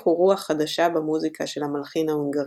הפיחו רוח חדשה במוזיקה של המלחין ההונגרי,